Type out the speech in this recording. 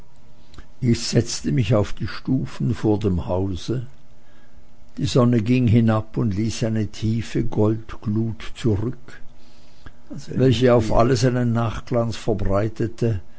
ich setzte mich auf die stufen vor dem hause die sonne ging hinab und ließ eine tiefe goldglut zurück welche auf alles einen nachglanz verbreitete